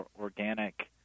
organic